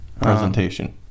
presentation